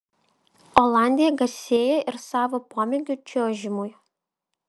olandija garsėja ir savo pomėgiu čiuožimui